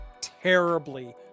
terribly